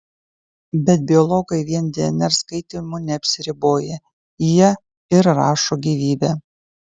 bet biologai vien dnr skaitymu neapsiriboja jie ir rašo gyvybę